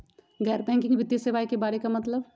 गैर बैंकिंग वित्तीय सेवाए के बारे का मतलब?